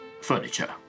furniture